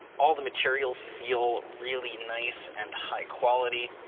all the materials feel really nice and high quality.